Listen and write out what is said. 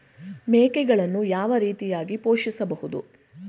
ಮೇಕೆಗಳನ್ನು ಯಾವ ರೀತಿಯಾಗಿ ಪೋಷಿಸಬಹುದು?